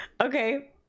Okay